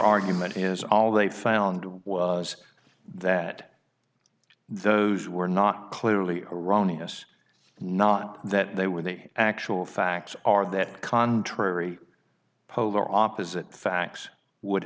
argument is all they found was that those were not clearly erroneous not that they were the actual facts are that contrary polar opposite facts would